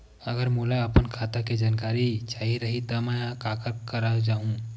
अगर मोला अपन खाता के जानकारी चाही रहि त मैं काखर करा जाहु?